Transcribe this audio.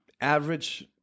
average